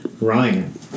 Ryan